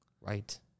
Right